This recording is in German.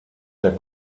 der